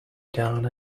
done